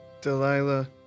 Delilah